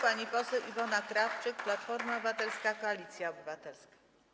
Pani poseł Iwona Krawczyk, Platforma Obywatelska - Koalicja Obywatelska.